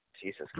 Jesus